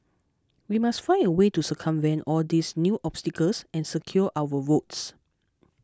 we must find a way to circumvent all these new obstacles and secure our votes